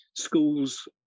schools